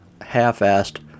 half-assed